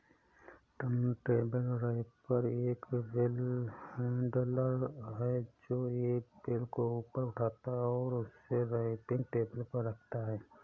turntable wrapper एक bale handler है, जो एक बेल को ऊपर उठाता है और उसे रैपिंग टेबल पर रखता है